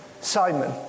Simon